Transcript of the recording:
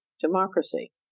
democracy